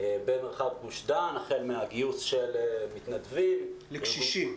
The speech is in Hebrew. במרחב גוש דן החל מגיוס מתנדבים -- לקשישים?